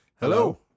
Hello